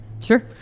Sure